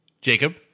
Jacob